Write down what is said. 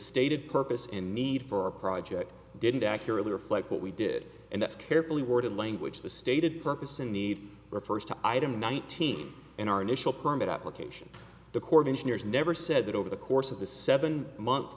stated purpose and need for a project didn't accurately reflect what we did and that's carefully worded language the stated purpose and need refers to item nineteen in our initial permit application the corps of engineers never said that over the course of the seven month